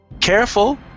Careful